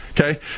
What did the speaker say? Okay